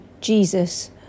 Jesus